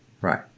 Right